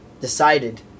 decided